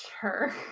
Sure